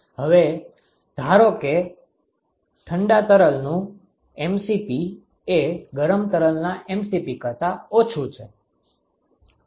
હવે ધારો કે ઠંડા તરલનું mCp એ ગરમ તરલના mCp કરતા ઓછું છે